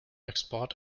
export